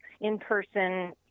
in-person